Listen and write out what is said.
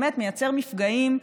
באמת מייצר מפגעים,